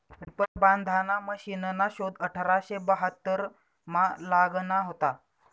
reaper बांधाना मशिनना शोध अठराशे बहात्तरमा लागना व्हता